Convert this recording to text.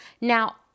Now